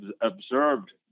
observed